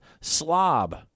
Slob